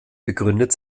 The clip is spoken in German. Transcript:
begründet